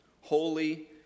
holy